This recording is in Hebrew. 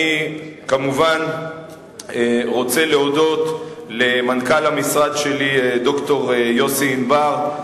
אני כמובן רוצה להודות למנכ"ל המשרד שלי ד"ר יוסי ענבר,